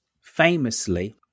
famously